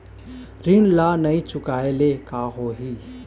ऋण ला नई चुकाए ले का होही?